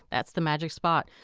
that's the magic spot.